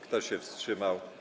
Kto się wstrzymał?